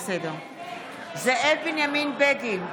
זאב בנימין בגין,